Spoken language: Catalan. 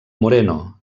moreno